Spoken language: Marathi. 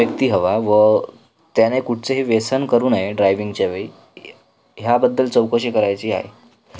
व्यक्ती हवा व त्याने कुठचेही व्यसन करू नये ड्रायविंगच्या वेळी ह्याबद्दल चौकशी करायची आहे